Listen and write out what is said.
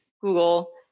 Google